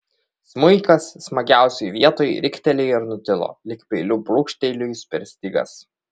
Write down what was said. smuikas smagiausioje vietoj riktelėjo ir nutilo lyg peiliu brūkštelėjus per stygas